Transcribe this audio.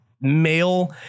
male